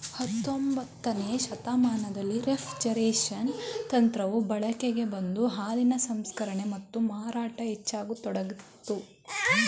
ಹತೊಂಬತ್ತನೇ ಶತಮಾನದಲ್ಲಿ ರೆಫ್ರಿಜರೇಷನ್ ತಂತ್ರವು ಬಳಕೆಗೆ ಬಂದು ಹಾಲಿನ ಸಂಸ್ಕರಣೆ ಮತ್ತು ಮಾರಾಟ ಹೆಚ್ಚಾಗತೊಡಗಿತು